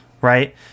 right